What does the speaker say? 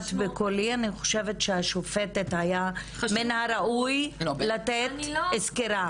אני חושבת שהיה מן הראוי שהשופטת תיתן סקירה.